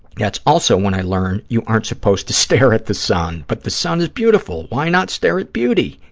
that's also when i learned you aren't supposed to stare at the sun. but the sun is beautiful, why not stare at beauty?